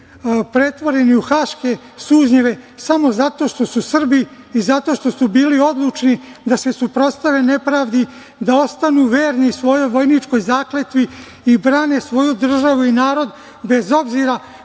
pretvoreni u haške sužnjeve samo zato što su Srbi i zato što su bili odlučni da se suprotstave nepravdi, da ostanu verni svojoj vojničkoj zakletvi i brane svoju državu i narod, bez obzira